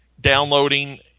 downloading